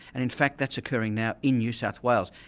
and in fact that's occurring now in new south wales.